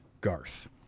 Garth